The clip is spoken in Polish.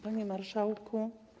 Panie Marszałku!